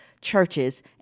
churches